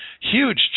huge